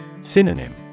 Synonym